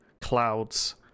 clouds